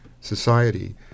society